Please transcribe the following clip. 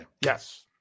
Yes